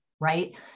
right